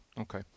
Okay